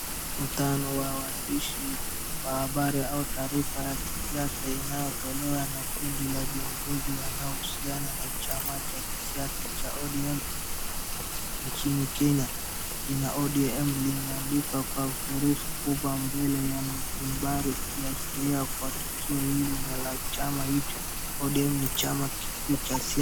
Watano wa waandishi wa habari au taarifa ya kisiasa inayotolewa na kundi la viongozi wanaohusiana na chama cha kisiasa cha ODM nchini Kenya, jina ODM limeandikwa kwa herufi kubwa mbele ya habari ikiashiria kuwa tukio hili ni la chama hicho, ODM ni chama kikuu cha siasa.